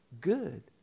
Good